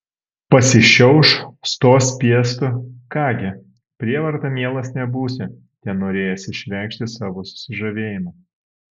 pasišiauš stos piestu ką gi prievarta mielas nebūsi tenorėjęs išreikšti savo susižavėjimą